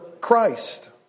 Christ